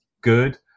good